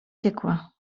piekła